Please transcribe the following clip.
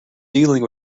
dealing